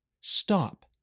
Stop